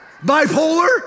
Bipolar